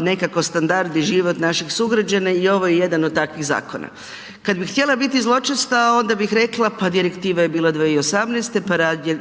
nekako standard i život naših sugrađana i ovo je jedan od takvih zakona. Kad bi htjela biti zločasta onda bih rekla pa Direktiva je bila 2018., pa